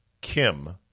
Kim